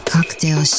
Cocktail